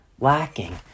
lacking